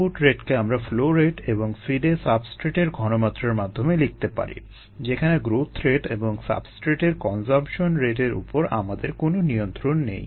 input রেটকে আমরা flow rate এবং ফিডে সাবস্ট্রেটের ঘনমাত্রার মাধ্যমে লিখতে পারি যেখানে গ্রোথ রেট এবং সাবস্ট্রেটের কনজাম্পশন রেটের উপর আমাদের কোনো নিয়ন্ত্রণ নেই